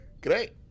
Great